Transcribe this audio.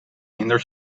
minder